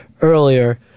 earlier